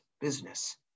business